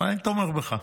אבל אני תומך בך.